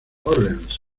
orleans